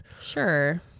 Sure